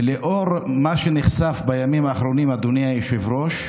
ולאור מה שנחשף בימים האחרונים, אדוני היושב-ראש,